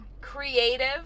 creative